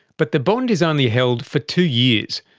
but the bond is only held for two years,